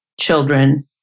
children